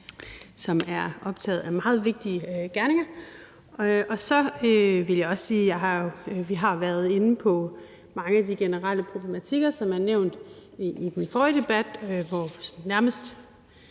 som er optaget af meget vigtige gerninger, og så vil jeg også sige, at vi jo har været inde på mange af de generelle problematikker, som blev nævnt i den forrige debat om et nærmest